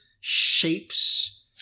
shapes